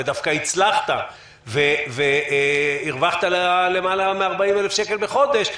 דווקא הצלחת והרווחת יותר מ-40,000 שקל בחודש,